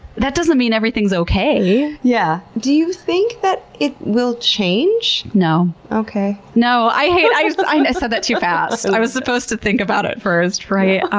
that doesn't mean everything's okay. yeah. do you think that it will change? no. okay. no, i hate that i said that too fast! i was supposed to think about it first, right?